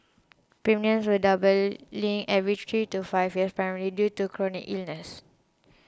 premiums were doubling every three to five years primarily due to chronic illnesses